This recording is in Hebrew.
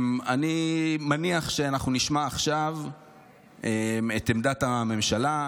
אני מניח שאנחנו נשמע עכשיו את עמדת הממשלה,